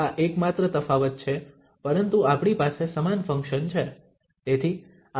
આ એકમાત્ર તફાવત છે પરંતુ આપણી પાસે સમાન ફંક્શન છે